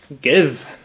give